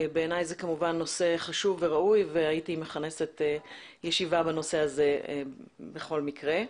בעיני זה כמובן נושא חשוב וראוי והייתי מכנסת ישיבה בנושא הזה בכל מקרה.